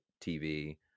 TV